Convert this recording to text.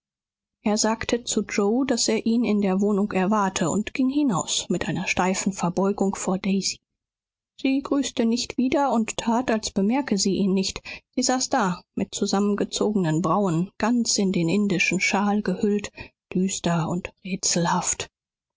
er sagte zu yoe daß er ihn in der wohnung erwarte und ging hinaus mit einer steifen verbeugung vor daisy sie grüßte nicht wieder und tat als bemerke sie ihn nicht sie saß da mit zusammengezogenen brauen ganz in den indischen schal gehüllt düster und